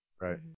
Right